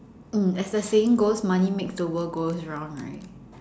mm as the saying goes money makes the world goes round right